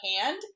hand